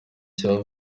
cya